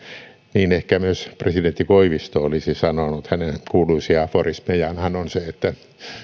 niin ehkä myös presidentti koivisto olisi sanonut hänen kuuluisia aforismejaanhan on se että